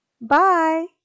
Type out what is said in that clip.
Bye